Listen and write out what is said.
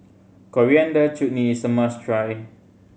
Coriander Chutney is a must try